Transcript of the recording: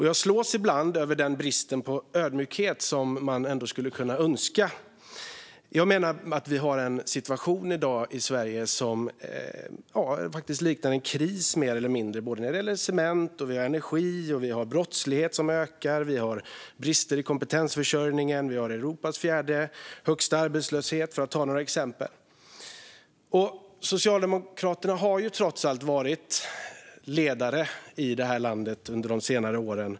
Jag slås ibland av den brist på ödmjukhet som finns, och man skulle kunna önska att denna ödmjukhet fanns. Vi har i dag en situation i Sverige som mer eller mindre liknar en kris. Det gäller cement och energi, och vi har brottslighet som ökar. Vi har brister i kompetensförsörjningen, och vi har Europas fjärde högsta arbetslöshet, för att ta några exempel. Socialdemokraterna har trots allt varit ledare i det här landet under de senare åren.